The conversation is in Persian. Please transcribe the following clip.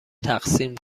تقسیم